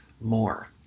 more